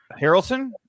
Harrelson